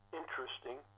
interesting